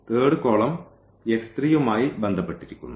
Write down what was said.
third column മായി ബന്ധപ്പെട്ടിരിക്കുന്നു